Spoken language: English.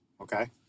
Okay